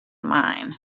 mine